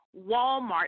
Walmart